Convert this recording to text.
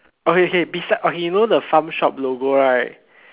okay K beside okay you know the farm shop logo right